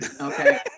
okay